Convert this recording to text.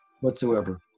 whatsoever